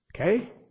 Okay